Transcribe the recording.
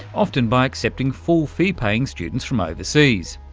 often by accepting full-fee paying students from overseas.